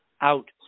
out